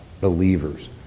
believers